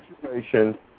situation